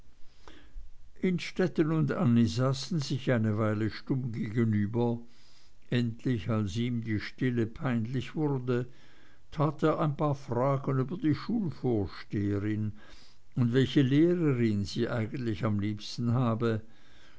innstetten und annie saßen sich eine weile stumm gegenüber endlich als ihm die stille peinlich wurde tat er ein paar fragen über die schulvorsteherin und welche lehrerin sie eigentlich am liebsten habe